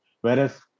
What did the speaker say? Whereas